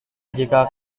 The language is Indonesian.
jika